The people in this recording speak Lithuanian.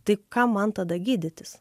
tai kam man tada gydytis